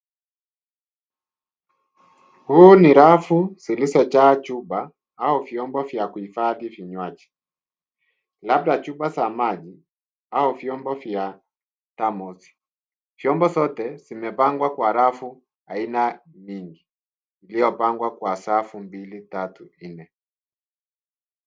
Huu ni rafu zilizojaa chupa au vyombo vya kuhifadhi vinywaji, labda vyupa za maji au vyombo vya thermos . Vyombo vyote vimepangwa kwa rafu aina mingi iliyopangwa kwa safu mbili, tatu , nne.